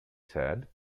said